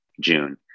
June